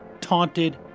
taunted